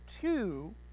two